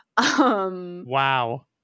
Wow